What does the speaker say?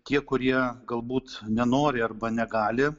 tie kurie galbūt nenori arba negali